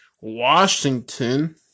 Washington